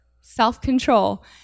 self-control